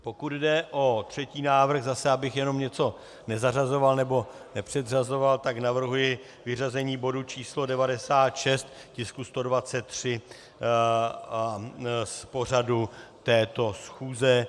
Pokud jde o třetí návrh, zase abych jenom něco nezařazoval nebo nepředřazoval, tak navrhuji vyřazení bodu číslo 96, tisku 123, z pořadu této schůze.